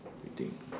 you think